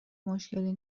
مشکلی